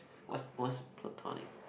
what's what's platonic